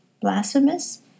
blasphemous